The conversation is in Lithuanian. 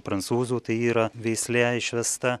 prancūzų tai yra veislė išvesta